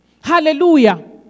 Hallelujah